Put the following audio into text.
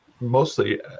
mostly